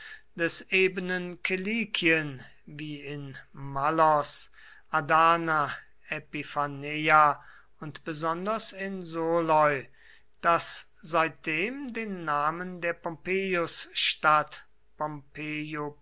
des ebenen kilikien wie in mallos adana epiphaneia und besonders in soloi das seitdem den namen der